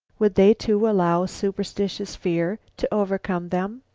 would they, too, allow superstitious fear to overcome them?